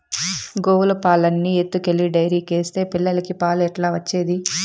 గోవుల పాలన్నీ ఎత్తుకెళ్లి డైరీకేస్తే పిల్లలకి పాలు ఎట్లా వచ్చేది